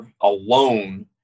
alone